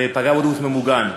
ופגע באוטובוס ממוגן.